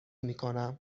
میکنم